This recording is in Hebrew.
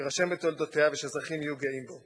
שיירשם בתולדותיה ושאזרחים יהיו גאים בו.